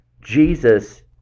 Jesus